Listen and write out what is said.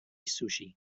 sushi